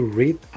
read